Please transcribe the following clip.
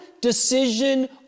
decision